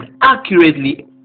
accurately